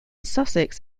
sussex